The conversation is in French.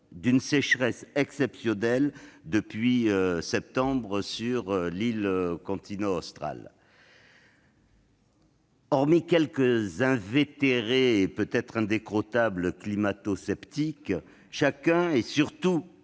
d'une sécheresse exceptionnelle sévissant depuis septembre sur l'île-continent. Hormis quelques invétérés et indécrottables climatosceptiques, chacun, et surtout